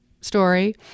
Story